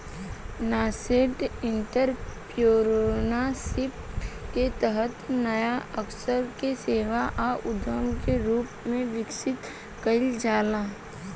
nascent entrepreneurship के तहत नाया अवसर के सेवा आ उद्यम के रूप में विकसित कईल जाला